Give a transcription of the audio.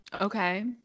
Okay